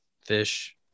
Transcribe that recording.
Fish